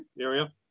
area